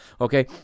Okay